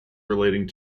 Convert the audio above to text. relating